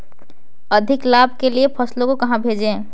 अधिक लाभ के लिए फसलों को कहाँ बेचें?